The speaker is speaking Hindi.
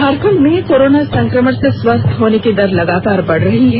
झारखंड में कोरोना संकमण से स्वस्थ होने की दर लगातार बढ़ रही है